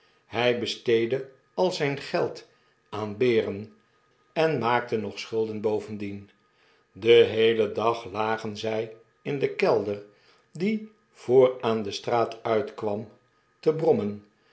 hij besteedde al zjjn geld aan beeren en maakte nog schulden bovendien den heelen dag lagen zy in den kelder die voor aan de straat uitkwam te brommen